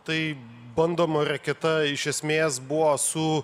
tai bandoma raketa iš esmės buvo su